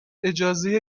اجازه